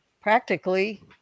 practically